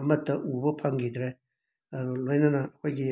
ꯑꯃꯠꯇ ꯎꯕ ꯐꯪꯈꯤꯗ꯭ꯔꯦ ꯑꯗꯨꯒ ꯂꯣꯏꯅꯅ ꯑꯩꯈꯣꯏꯒꯤ